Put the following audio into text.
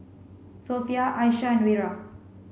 Sofea Aisyah and Wira